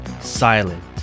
silent